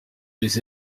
des